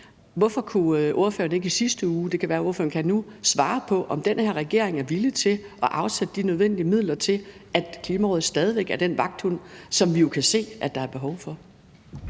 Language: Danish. Hvorfor kunne ordføreren ikke i sidste uge – det kan være, at ordføreren kan nu – svare på, om den her regering er villig til at afsætte de nødvendige midler til, at Klimarådet stadig væk er den vagthund, som vi jo kan se at der er behov for?